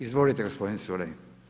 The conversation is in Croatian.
Izvolite gospodine Culej.